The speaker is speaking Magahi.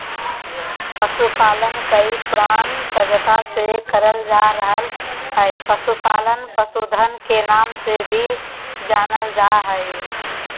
पशुपालन कई पुरान सभ्यता से करल जा रहल हई, पशुपालन पशुधन के नाम से भी जानल जा हई